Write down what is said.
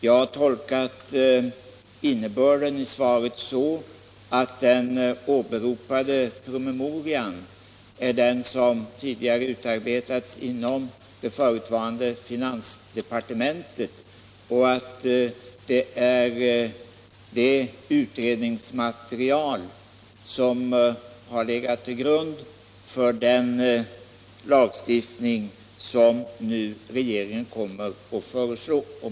Jag har tolkat innebörden i det så att den omnämnda promemorian har utarbetats inom det förutvarande finansdepartementet och att det utredningsmaterialet har legat till grund för den lagstiftning som regeringen kommer att föreslå.